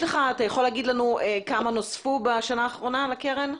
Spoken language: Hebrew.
יכול להגיד לנו כמה נוסף בשנה האחרונה לקרן,